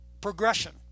progression